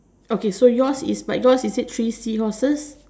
okay so yours is it got three seahorses